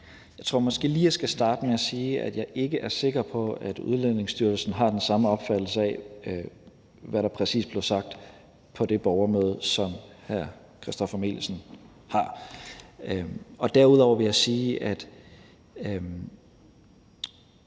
Jeg tror måske lige, jeg skal starte med at sige, at jeg ikke er sikker på, at Udlændingestyrelsen har den samme opfattelse af, hvad der præcis blev sagt på det borgermøde, som hr. Christoffer Aagaard Melson har. Derudover vil jeg sige, at